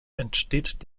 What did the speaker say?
entsteht